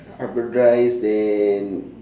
hybridised then